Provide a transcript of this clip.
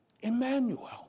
Emmanuel